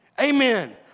Amen